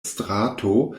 strato